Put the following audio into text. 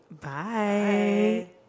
Bye